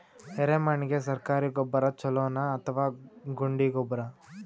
ಎರೆಮಣ್ ಗೆ ಸರ್ಕಾರಿ ಗೊಬ್ಬರ ಛೂಲೊ ನಾ ಅಥವಾ ಗುಂಡಿ ಗೊಬ್ಬರ?